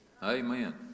Amen